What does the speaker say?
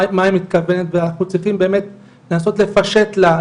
למה היא מתכוונת ואנחנו מנסים לפשט לה,